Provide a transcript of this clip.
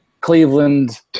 Cleveland